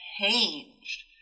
changed